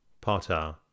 potter